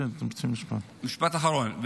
משפט אחרון.